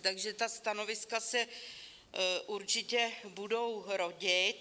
Takže ta stanoviska se určitě budou rodit.